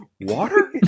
Water